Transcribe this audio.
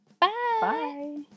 bye